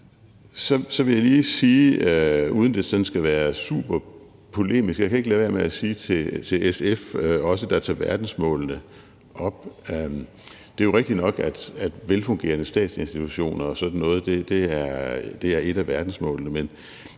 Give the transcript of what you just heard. ikke lade være med – uden at det sådan skal være superpolemisk – at sige til SF, der også tager verdensmålene op, at det jo er rigtigt nok, at velfungerende statsinstitutioner og sådan noget er et af verdensmålene.